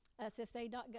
SSA.gov